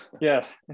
Yes